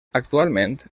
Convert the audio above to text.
actualment